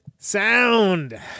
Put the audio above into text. Sound